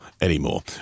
anymore